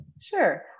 Sure